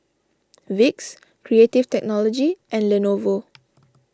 Vicks Creative Technology and Lenovo